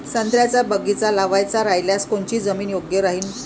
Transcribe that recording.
संत्र्याचा बगीचा लावायचा रायल्यास कोनची जमीन योग्य राहीन?